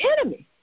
enemy